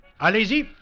Allez-y